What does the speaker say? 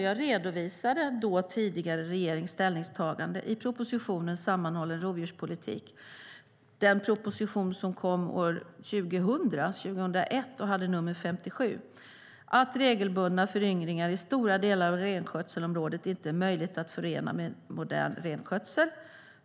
Jag redovisade då tidigare regerings ställningstagande i propositionen Sammanhållen rovdjurspolitik , en proposition som kom år 2000 och som hade nummer 2000/01:57, att regelbundna föryngringar i stora delar av renskötselområdet inte är möjliga att förena med modern renskötsel.